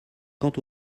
quant